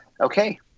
Okay